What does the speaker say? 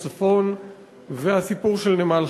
של עקיפת הממונה,